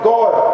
God